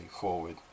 forward